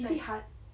is it hard